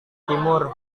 timur